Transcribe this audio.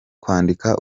kwandika